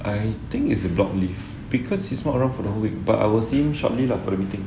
I think is a block leave because he's not around for the whole week but I will see him shortly lah for the meeting